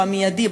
או המיידי,